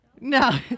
No